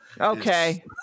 Okay